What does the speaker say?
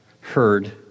heard